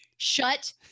shut